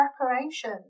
preparation